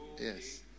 Yes